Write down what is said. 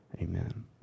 Amen